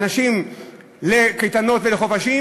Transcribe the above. ואנשים יוצאים לקייטנות ולחופשות,